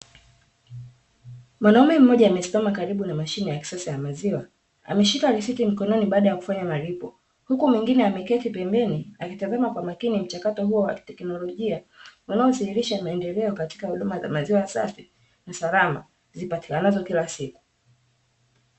Mwanaume mmoja amesimama karibu na mashine ya kisasa ya maziwa, ameshika risiti mkononi baada ya kufanya malipo, huku mwingine ameketi pembeni akitazama kwa makini mchakato huo wa kiteknolojia, unaodhihirisha maendeleo katika huduma za maziwa safi na salama zipatikanazo kila siku.